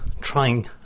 trying